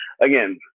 again